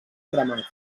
cremats